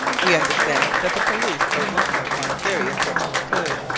we understand that the police are working upon a very important clue,